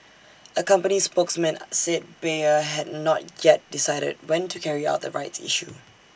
A company spokesman said Bayer had not yet decided when to carry out the rights issue